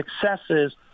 successes